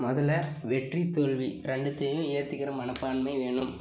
முதல்ல வெற்றி தோல்வி ரெண்டுத்தையும் ஏற்றுக்கிற மனப்பான்மை வேணும்